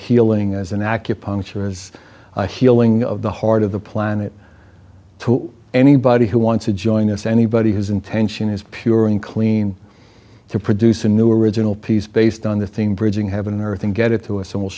healing as an acupuncture as a healing of the heart of the planet to anybody who wants to join us anybody who's intention is pure and clean to produce a new original piece based on the theme bridging heaven earth and get it to us and w